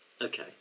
okay